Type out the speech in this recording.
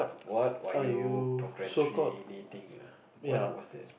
what were you procrastinating what was that